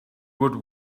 would